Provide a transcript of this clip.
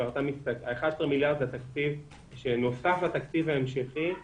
11 מיליארד שנוספים לתקציב ההמשכי הם